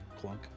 clunk